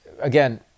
again